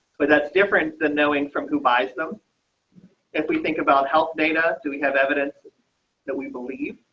but that's different than knowing from who buys them if we think about health data do we have evidence that we believe